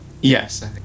Yes